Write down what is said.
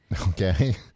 Okay